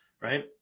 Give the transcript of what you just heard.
right